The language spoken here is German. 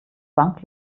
bank